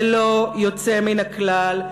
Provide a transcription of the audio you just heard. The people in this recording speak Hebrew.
ללא יוצא מן הכלל,